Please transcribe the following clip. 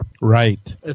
right